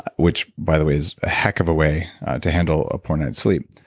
which by the way is a heck of a way to handle a poor night sleep.